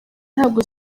ntabwo